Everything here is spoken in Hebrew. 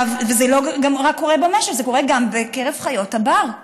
זה קורה לא רק במשק, זה קורה גם בקרב חיות הבר,